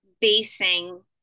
basing